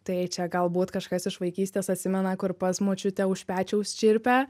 tai čia galbūt kažkas iš vaikystės atsimena kur pas močiutę už pečiaus čirpia